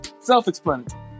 self-explanatory